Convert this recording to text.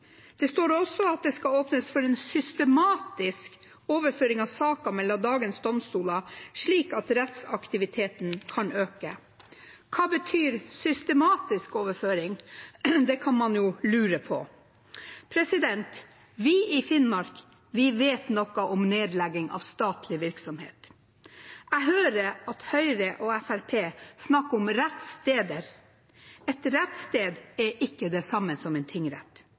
Det står også at det skal åpnes for en systematisk overføring av saker mellom dagens domstoler, slik at rettsaktiviteten kan øke. Hva betyr systematisk overføring? Det kan man jo lure på. Vi i Finnmark vet noe om nedlegging av statlig virksomhet. Jeg hører at Høyre og Fremskrittspartiet snakker om rettssteder. Et rettssted er ikke det samme som en tingrett.